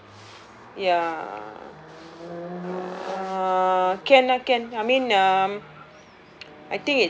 ya uh can lah can I mean um